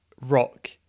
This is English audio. rock